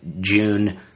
June